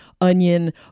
onion